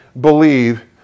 believe